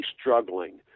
struggling